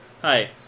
Hi